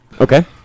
Okay